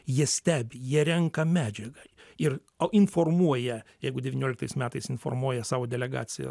jie stebi jie renka medžiagą ir o informuoja jeigu devynioliktais metais informuoja savo delegaciją